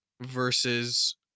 versus